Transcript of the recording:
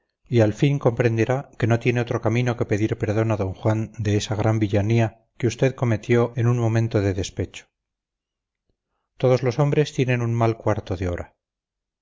y al fin comprenderá que no tiene otro camino que pedir perdón a d juan de esa gran villanía que usted cometió en un momento de despecho todos los hombres tienen un mal cuarto de hora